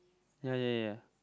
ya ya ya